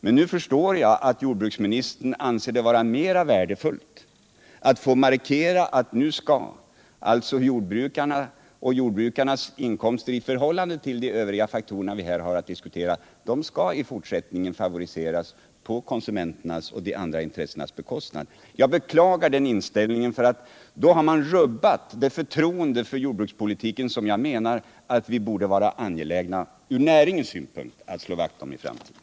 Men nu förstår jag att jordbruksministern anser det vara mera värdefullt att jordbrukarnas inkomster i fortsättningen favoriseras i förhållande till de övriga faktorer som vi har att diskutera, dvs. favoriseras på konsumenternas och de andra intressenas bekostnad. Jag beklagar den inställningen, för då har man rubbat det förtroende för jordbrukspolitiken som jag menar att vi — ur näringens synpunkt — borde vara angelägna att slå vakt om i framtiden.